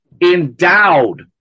Endowed